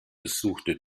besuchte